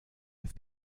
have